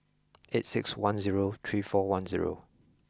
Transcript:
eight six one zero three four one zero